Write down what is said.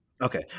Okay